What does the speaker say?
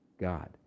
God